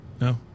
no